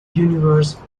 universe